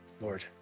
Lord